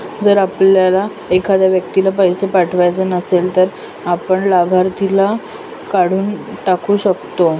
जर आपल्याला एखाद्या व्यक्तीला पैसे पाठवायचे नसेल, तर आपण लाभार्थीला काढून टाकू शकतो